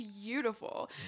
beautiful